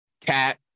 cat